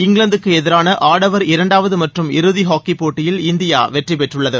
இங்கிலாந்துக்கு எதிரான ஆடவர் இரண்டாவது மற்றும் இறதி ஹாக்கிப் போட்டியில் இந்தியா வெற்றி பெற்றுள்ளது